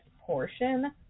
Portion